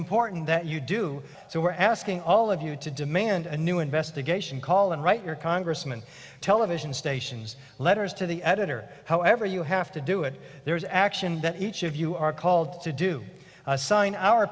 important that you do so we're asking all of you to demand a new investigation call and write your congressman television stations letters to the editor however you have to do it there is action that each of you are called to do sign our